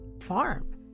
farm